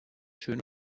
schön